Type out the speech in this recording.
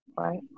Right